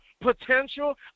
potential